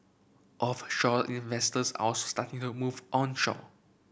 offshore investors are also starting to move onshore